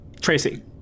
Tracy